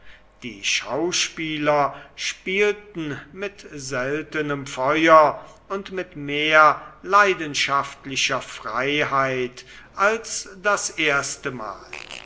die schauspieler spielten mit seltenem feuer und mit mehr leidenschaftlicher freiheit als das erste mal